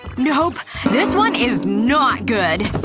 nope, this one is not good!